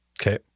Okay